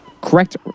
correct